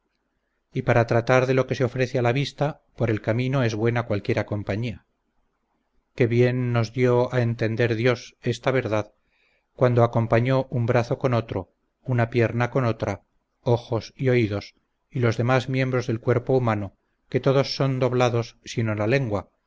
y para tratar de lo que se ofrece a la vista por el camino es buena cualquiera compañía que bien nos dió a entender dios esta verdad cuando acompañó un brazo con otro una pierna con otra ojos y oídos y los demás miembros del cuerpo humano que todos son doblados sino la lengua